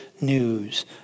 news